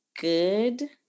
good